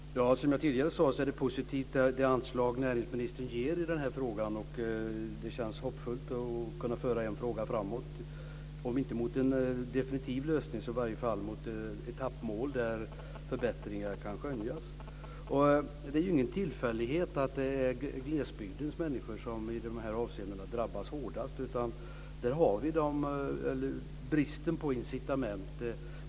Fru talman! Som jag tidigare sade är det positivt med det anslag som näringsministern ger i den här frågan. Det känns hoppfullt att kunna föra en fråga framåt om inte mot en definitiv lösning så i varje fall mot ett etappmål där förbättringar kan skönjas. Det är ju ingen tillfällighet att det är glesbygdens människor som i dessa avseenden drabbas hårdast. Där har vi en brist på incitament.